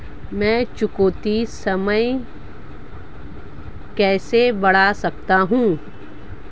मैं चुकौती समय कैसे बढ़ा सकता हूं?